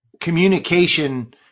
communication